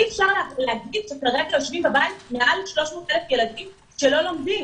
אי-אפשר להגיד שכרגע יושבים בבית מעל ל-300,000 ילדים שלא לומדים.